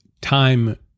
time